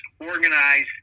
organized